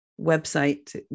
website